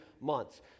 months